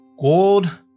Gold